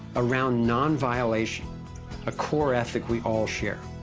around non-violation a core ethic we all share.